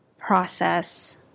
process